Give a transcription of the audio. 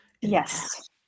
yes